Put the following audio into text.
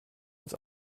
ins